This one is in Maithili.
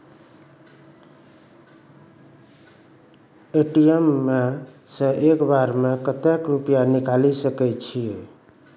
ए.टी.एम सऽ एक बार म कत्तेक रुपिया निकालि सकै छियै?